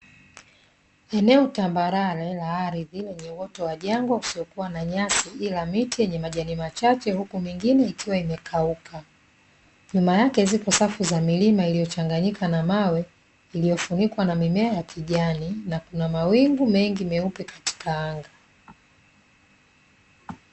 Eneo tambarare la ardhi lenye uoto wa jangwa usiyokua na nyasi ila miti yenye majani machache huku mingine ikiwa imekauka. Nyuma yake zipo safu za milima iliyochanganyika na mawe iliyofunikwa na mimea ya kijani, na kuna mawingu mengi meupe katika anga.